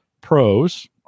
Pros